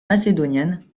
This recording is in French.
macédonienne